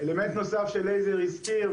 אלמנט נוסף שלייזר הזכיר,